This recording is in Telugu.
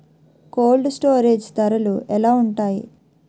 కోల్డ్ స్టోరేజ్ ధరలు ఎలా ఉంటాయి?